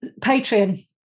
Patreon